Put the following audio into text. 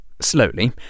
Slowly